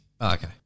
Okay